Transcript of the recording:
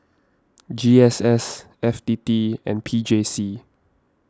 G S S F T T and P J C